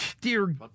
Dear